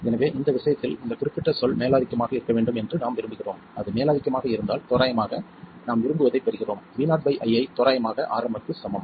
எனவே இந்த விஷயத்தில் இந்த குறிப்பிட்ட சொல் மேலாதிக்கமாக இருக்க வேண்டும் என்று நாம் விரும்புகிறோம் அது மேலாதிக்கமாக இருந்தால் தோராயமாக நாம் விரும்புவதைப் பெறுகிறோம் voii தோராயமாக Rm க்குச் சமம்